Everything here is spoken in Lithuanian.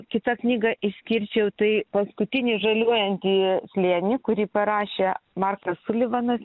kitą knygą išskirčiau tai paskutinį žaliuojantį slėnį kurį parašė markas sulivanas